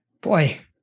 boy